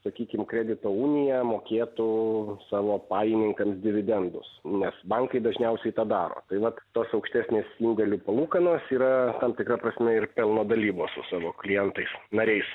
sakykim kredito unija mokėtų savo pajininkams dividendus nes bankai dažniausiai tą daro tai vat tos aukštesnės indėlių palūkanos yra tam tikra prasme ir pelno dalybos su savo klientais nariais